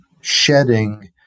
shedding